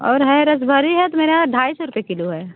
और है रसभरी है तो मेरे यहाँ ढाई सौ रुपये किलो है